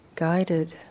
guided